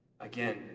Again